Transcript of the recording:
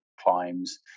climbs